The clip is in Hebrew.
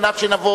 על מנת שנבוא,